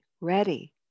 ready